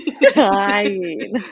dying